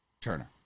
Turner